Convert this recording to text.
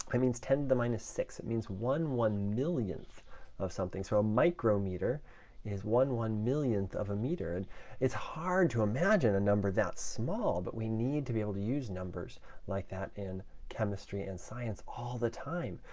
it means ten the minus sixth. it means one one-millionth of something. so a micrometer is one one-millionth of a meter. and it's hard to imagine a number that's small, but we need to be able to use numbers like that in chemistry and science all the time.